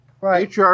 right